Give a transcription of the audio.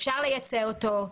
אפשר לייצא אותו,